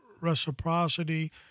reciprocity